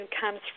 comes